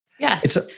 Yes